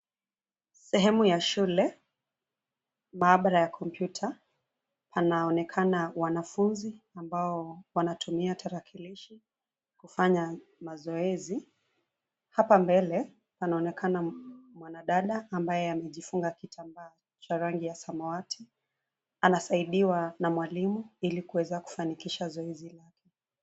Sehemu ya shule, maabara ya kompyuta, panaonekana wanafunzi ambao wanatumia tarakilishi kufanya mazoezi. Hapa mbele panaonekana mwanadada ambaye amejifunga kitambaa cha rangi ya samawati anasaidiwa na mwalimu ili kuweza kufanikisha zoezi lake.